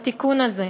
בתיקון הזה.